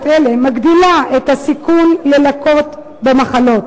אלה מגדילה את הסיכוי ללקות במחלות.